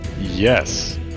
Yes